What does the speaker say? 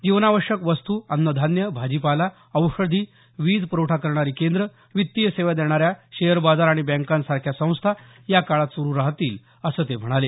जीवनावश्यक वस्तू अन्नधान्य भाजीपाला औषधी वीज पुरवठा करणारी केंद्रे वित्तीय सेवा देणाऱ्या शेअर बाजार आणि बँकासारख्या संस्था या काळात सुरु राहतील असं ते म्हणाले